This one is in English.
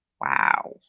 wow